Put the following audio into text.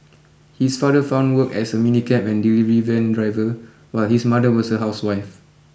his father found work as a minicab and delivery van driver while his mother was a housewife